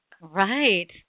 Right